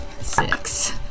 Six